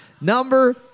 number